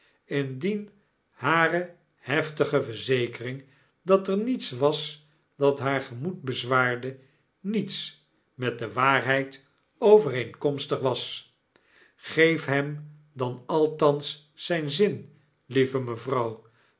indien hare heftige verzekering dat er niets was dat haar gemoed bezwaarde niets met de waarheid overeenkomstig was geef hem dan althans zyn zin lieve mevrouw